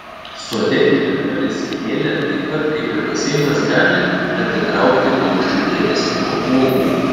sode įrengta lesyklėlė taip pat kaip ir baseinas gali atitraukti paukščių dėmesį nuo uogų